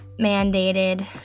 mandated